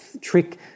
trick